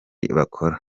bakora